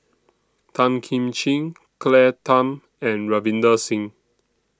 Tan Kim Ching Claire Tham and Ravinder Singh